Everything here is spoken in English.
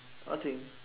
nothing